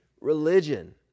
religion